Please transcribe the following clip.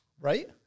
Right